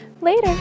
Later